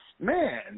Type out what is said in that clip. man